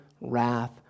wrath